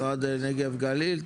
נגב גליל?